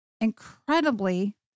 incredibly